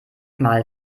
mal